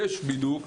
יש בידוק סלקטיבי,